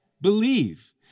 believe